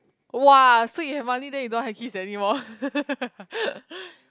!wah! so you have money then you don't want to have kids anymore